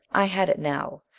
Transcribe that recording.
i had it now,